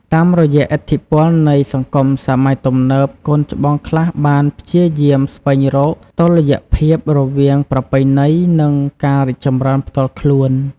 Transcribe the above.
តាមរយៈឥទ្ធិពលនៃសង្គមសម័យទំនើប កូនច្បងខ្លះបានព្យាយាមស្វែងរកតុល្យភាពរវាងប្រពៃណី និងការរីកចម្រើនផ្ទាល់ខ្លួន។